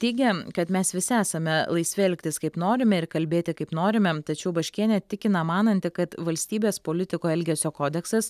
teigia kad mes visi esame laisvi elgtis kaip norime ir kalbėti kaip norime tačiau baškienė tikina mananti kad valstybės politikų elgesio kodeksas